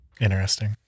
Interesting